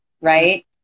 right